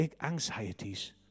anxieties